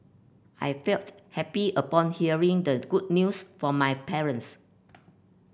I felt happy upon hearing the good news from my parents